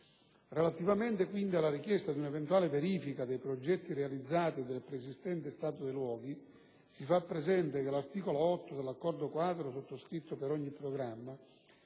Relativamente, quindi, alla richiesta di una eventuale verifica dei progetti realizzati e del preesistente stato dei luoghi, si fa presente che l'articolo 8 dell'accordo quadro sottoscritto per ogni programma,